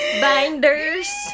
binders